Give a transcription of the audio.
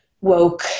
woke